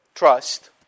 trust